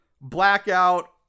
blackout